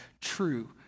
true